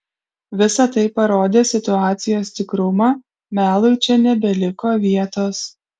visa tai parodė situacijos tikrumą melui čia nebeliko vietos